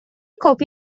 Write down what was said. کپی